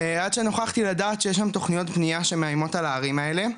עד שנוכחתי לדעת שיש שם תוכניות בנייה שמאיימות על ההרים האלה.